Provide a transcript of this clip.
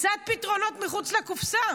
קצת פתרונות מחוץ לקופסה.